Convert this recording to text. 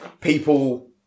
people